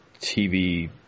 TV